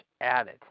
added